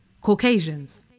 Caucasians